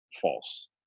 false